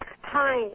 Hi